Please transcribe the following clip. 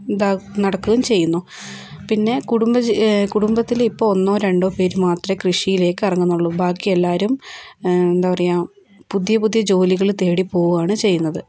എന്താ നടക്കുകയും ചെയ്യുന്നു പിന്നെ കുടുംബ കുടുംബത്തിൽ ഇപ്പോൾ ഒന്നോ രണ്ടോ പേര് മാത്രമേ കൃഷിയിലേക്ക് ഇറങ്ങുന്നുള്ളൂ ബാക്കി എല്ലാവരും എന്താ പറയുക പുതിയ പുതിയ ജോലികൾ തേടി പോകുകയാണ് ചെയ്യുന്നത്